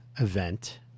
event